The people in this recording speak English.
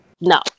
No